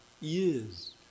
years